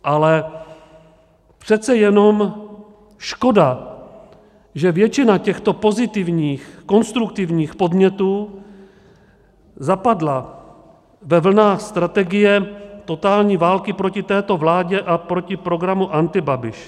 Ale přece jenom škoda, že většina těchto pozitivních, konstruktivních, podnětů zapadla ve vlnách strategie totální války proti této vládě a proti programu Antibabiš.